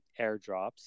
airdrops